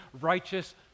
righteous